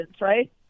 right